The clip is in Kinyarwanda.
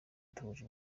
duhuje